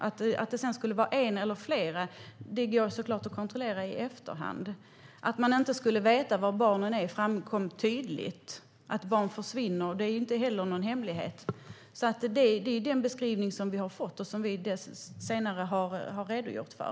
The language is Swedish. Om det sedan skulle vara ett eller flera går såklart att kontrollera i efterhand. Att man inte vet var barnen är framkom tydligt, och att barn försvinner är ingen hemlighet. Det är alltså den beskrivning vi har fått och som Sverigedemokraterna senare har redogjort för.